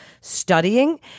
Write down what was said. studying